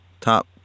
top